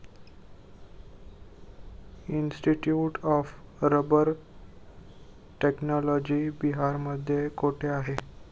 Institute of rubber technology बिहारमध्ये कोठे आहे?